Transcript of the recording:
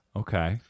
okay